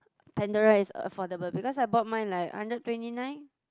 Pandora is affordable because I bought mine like hundred twenty nine